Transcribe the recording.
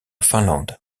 finlande